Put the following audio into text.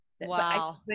wow